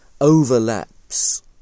...overlaps